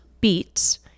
beets